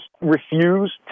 refuse